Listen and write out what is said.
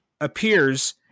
appears